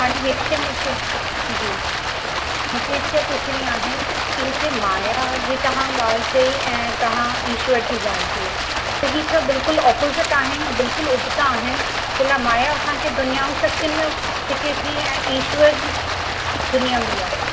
हाणे हिकु शइ मूंखे जी मूंखे हिकु शइ पुछिणी आहे कि हिते माया जी तव्हां ॻाल्हि चई ऐं तव्हां इश्वर जी ॻाल्हि चई त ही छा बिल्कुलु ऑपोज़िट आहिनि बिल्कुलु उबता आहिनि छो लाइ माया असांखे दुनियाउनि शक्तियुनि में छिके थी ऐं ईश्वर जी दुनिया ॿीं आहे